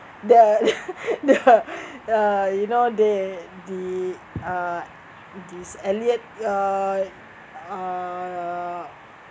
the the uh you know they the uh this elliott uh err